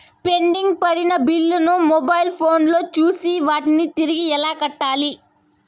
pending పడిన బిల్లులు ను మొబైల్ ఫోను లో చూసి వాటిని తిరిగి ఎలా కట్టాలి